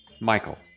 Michael